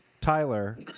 Tyler